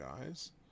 guys